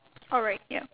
alright ya